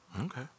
Okay